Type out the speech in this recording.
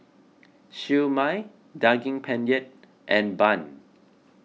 Siew Mai Daging Penyet and Bun